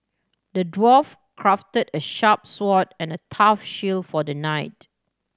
the dwarf crafted a sharp sword and a tough for the knight